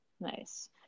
Nice